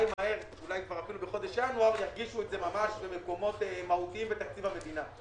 אולי כבר בחודש ינואר ירגישו את זה במקומות מהותיים בתקציב המדינה.